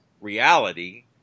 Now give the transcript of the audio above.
reality